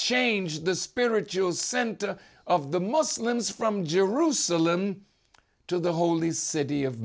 changed the spiritual center of the muslims from jerusalem to the holy city of